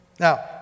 Now